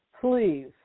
please